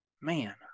man